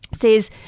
says